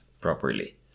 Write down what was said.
properly